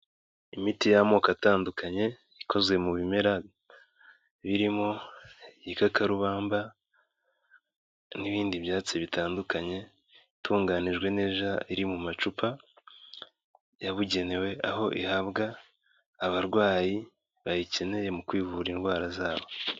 Imiti y'amoko atandukanye ikozwe mu bimera birimo igikakarubamba n'ibindi byatsi bitandukanye, itunganijwe neza iri mu macupa yabugenewe, aho ihabwa abarwayi bayikeneye mu kwivura indwara zabo.